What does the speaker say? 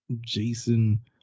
Jason